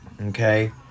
Okay